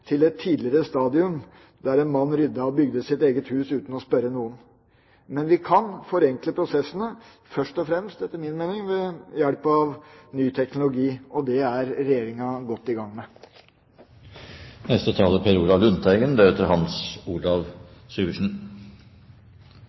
til et tidligere stadium der en mann ryddet, og bygde sitt eget hus uten å spørre noen. Men vi kan forenkle prosessene, først og fremst, etter min mening, ved hjelp av ny teknologi. Det er Regjeringa godt i gang